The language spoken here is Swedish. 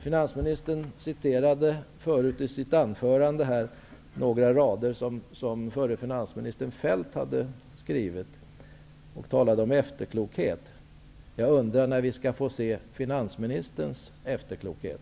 Finansministern citerade förut i sitt anförande några rader som förre finansminister Feldt hade skrivit och talade om efterklokhet. Jag undrar när vi skall få se finansminister Wibbles efterklokhet.